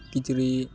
ᱠᱤᱪᱨᱤᱡ